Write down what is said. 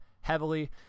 heavily